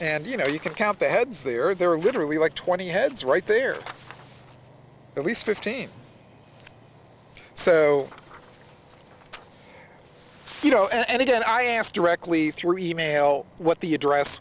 and you know you can count the heads of the earth there are literally like twenty heads right there at least fifteen so you know and again i asked directly through e mail what the address